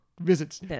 visits